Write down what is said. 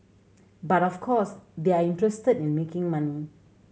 but of course they are interested in making money